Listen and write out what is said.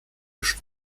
już